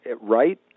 right